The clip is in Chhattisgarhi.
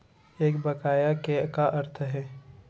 एक बकाया के का अर्थ हे?